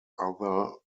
other